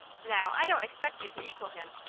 now, i don't expect you to equal him,